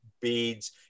beads